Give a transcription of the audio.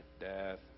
death